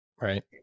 Right